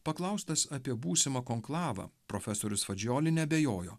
paklaustas apie būsimą konklavą profesorius fadžioli neabejojo